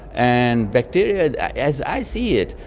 and bacteria. as i see it,